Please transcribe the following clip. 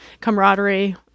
camaraderie